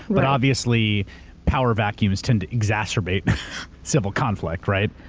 but obviously power vacuums tend to exacerbate civil conflict, right?